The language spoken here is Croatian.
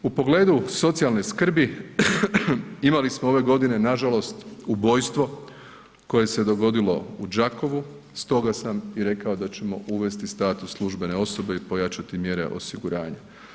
U pogledu socijalne skrbi imali smo ove godine nažalost ubojstvo koje se dogodilo u Đakovu stoga sam i rekao da ćemo uvesti status službene osobe i pojačati mjere osiguranja.